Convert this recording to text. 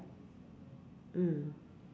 mm